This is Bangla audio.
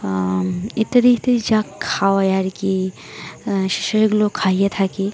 ইত্যাদি ইত্যাদি যা খাওয়ায় আর কি সে সেগুলো খাইয়ে থাকি